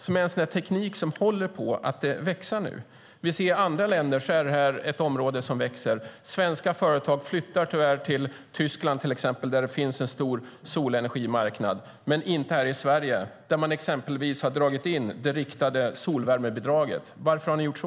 Solenergi är en teknik som håller på att växa nu. Vi ser hur det i andra länder är ett område som växer. Svenska företag flyttar tyvärr till exempelvis Tyskland, där det finns en stor solenergimarknad. Men det gör det inte här i Sverige. Ni har exempelvis dragit in det riktade solvärmebidraget. Varför har ni gjort så?